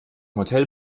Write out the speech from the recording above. hotel